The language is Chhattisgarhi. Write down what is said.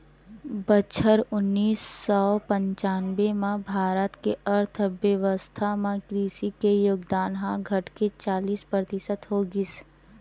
बछर उन्नीस सौ पंचानबे म भारत के अर्थबेवस्था म कृषि के योगदान ह घटके पचीस परतिसत हो गिस